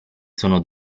sono